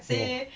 oh